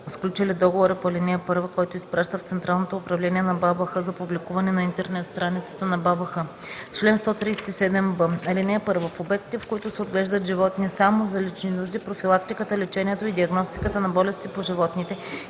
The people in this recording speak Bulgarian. сключили договори по ал. 1, който изпраща в Централното управление на БАБХ за публикуване на интернет страницата на БАБХ. Чл. 137б. (1) В обектите, в които се отглеждат животни само за лични нужди, профилактиката, лечението и диагностиката на болестите по животните